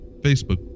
Facebook